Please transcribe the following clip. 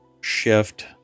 shift